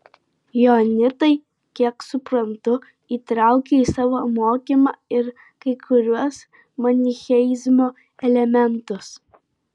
joanitai kiek suprantu įtraukia į savo mokymą ir kai kuriuos manicheizmo elementus